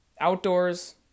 outdoors